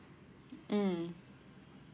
mm